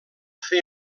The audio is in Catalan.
fer